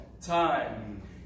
time